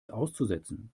auszusetzen